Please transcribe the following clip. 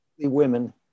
women